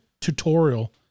tutorial